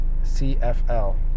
CFL